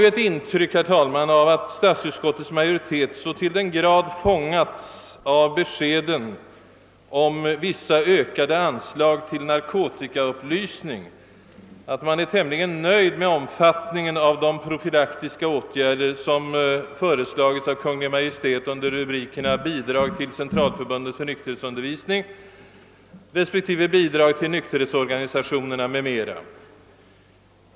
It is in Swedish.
Det förefaller som om statsutskottets majoritet till den grad fångats av beskedet om vissa ökade anslag till narkotikaupplysning att man är tämligen nöjd med omfattningen av de »profy laktiska« åtgärder, som föreslagits av Kungl. Maj:t under rubrikerna Bidrag till Centralförbundet för nykterhetsundervisning respektive Bidrag till nykterhetsorganisationer m.m.